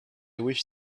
wish